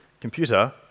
computer